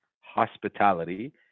hospitality